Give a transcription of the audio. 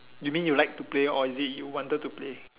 you mean you like to play or is it you wanted to play